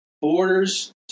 Borders